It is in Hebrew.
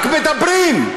רק מדברים.